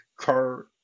car